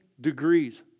degrees